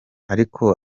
ariko